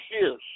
years